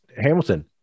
Hamilton